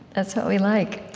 that's what we like